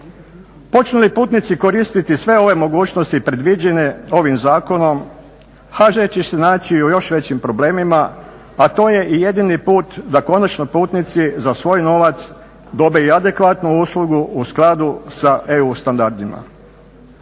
Počnu li putnici koristiti sve ove mogućnosti predviđene ovim zakonom HŽ će se naći u još većim problemima, a to je i jedini puta da konačno putnici za svoj novac dobiju i adekvatnu uslugu u skladu sa EU standardima.